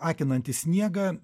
akinantį sniegą